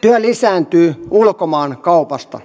työ lisääntyy ulkomaankaupasta